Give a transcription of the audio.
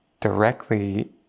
directly